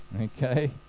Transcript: okay